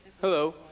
hello